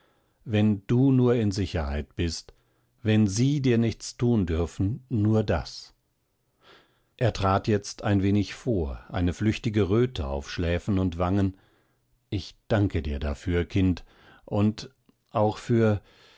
wenn du nur in sicherheit bist wenn sie dir nichts tun dürfen nur das er trat jetzt ein wenig vor eine flüchtige röte auf schläfen und wangen ich danke dir dafür kind und auch für